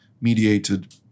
mediated